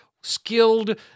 skilled